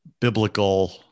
biblical